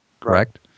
Correct